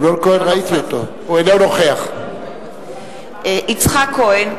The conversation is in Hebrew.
אינו נוכח יצחק כהן,